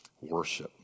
Worship